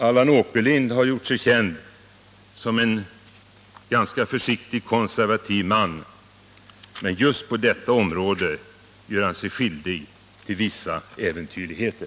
Allan Åkerlind har gjort sig känd som en ganska försiktig konservativ man, men just på detta område gör han sig skyldig till vissa äventyrligheter.